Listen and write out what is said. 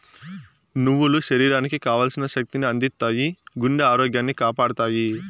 నువ్వులు శరీరానికి కావల్సిన శక్తి ని అందిత్తాయి, గుండె ఆరోగ్యాన్ని కాపాడతాయి